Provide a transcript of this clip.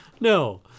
No